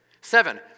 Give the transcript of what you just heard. Seven